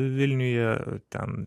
vilniuje ten